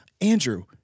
Andrew